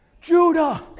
Judah